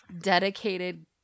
dedicated